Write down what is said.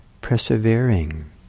persevering